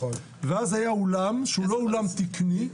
ואז היה אולם שהוא לא אולם תקני,